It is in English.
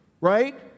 right